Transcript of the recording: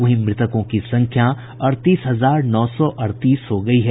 वहीं मृतकों की संख्या अड़तीस हजार नौ सौ अड़तीस हो गई है